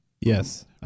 Yes